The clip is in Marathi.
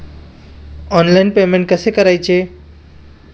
ऑनलाइन पेमेंट कसे करायचे?